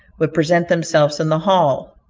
would present themselves in the hall.